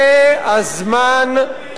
אתה מפקיר, שמעון-הצדיק, ואחר כך אתה תתחסל.